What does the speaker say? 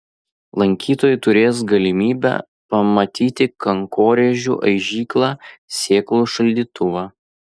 lankytojai turės galimybę pamatyti kankorėžių aižyklą sėklų šaldytuvą